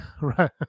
right